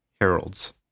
Harold's